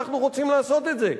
אנחנו רוצים לעשות את זה,